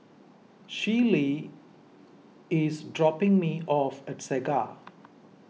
Schley is dropping me off at Segar